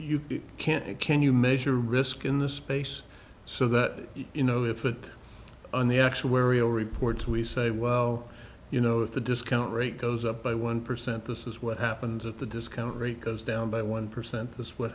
you can't can you measure risk in this space so that you know if it on the actuarial reports we say well you know if the discount rate goes up by one percent this is what happens at the discount rate goes down by one percent this is what